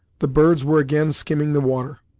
the birds were again skimming the water,